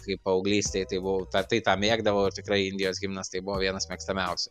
kai paauglystėj tai buvau tą tai tą mėgdavau ir tikrai indijos himnas tai buvo vienas mėgstamiausių